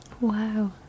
Wow